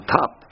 top